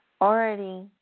already